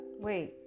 wait